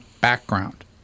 background